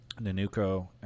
Nanuko